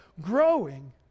growing